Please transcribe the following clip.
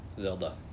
Zelda